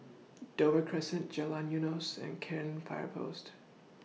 Dover Crescent Jalan Eunos and Cairn Fire Post